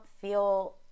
feel